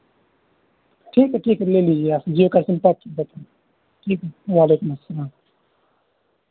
ٹھیک ہے ٹھیک ہے لے لیجیے آپ جیو کا سم ٹھیک ہے وعلیکم السلام